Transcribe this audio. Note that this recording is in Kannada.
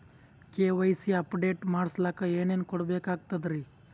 ಕೆ.ವೈ.ಸಿ ಅಪಡೇಟ ಮಾಡಸ್ಲಕ ಏನೇನ ಕೊಡಬೇಕಾಗ್ತದ್ರಿ?